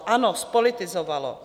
Ano, zpolitizovalo.